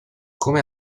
come